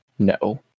No